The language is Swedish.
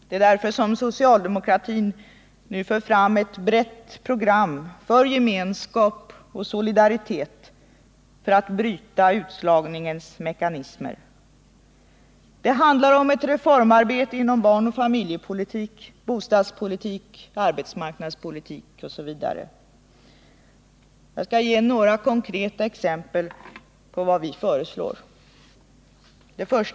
Det är därför som socialdemokratin nu för fram ett brett program för gemenskap och solidaritet för att bryta utslagningens mekanismer. Det handlar om ett reformarbete inom barnoch familjepolitik, bostadspolitik, arbetsmarknadspolitik osv. Jag skall ge några konkreta exempel på vad vi föreslår.